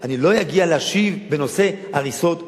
אני לא אגיע להשיב בנושא הריסות בתים.